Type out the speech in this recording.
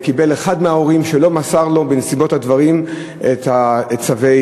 אחד ההורים קיבל ולא מסר לו בנסיבות הדברים את הצו.